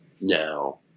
Now